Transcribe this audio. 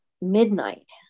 midnight